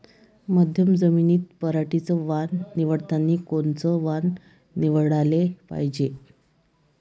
मध्यम जमीनीत पराटीचं वान निवडतानी कोनचं वान निवडाले पायजे?